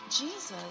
Jesus